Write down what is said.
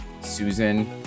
Susan